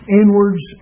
inwards